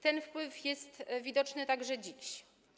Ten wpływ jest widoczny także dziś.